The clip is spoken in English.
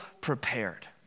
prepared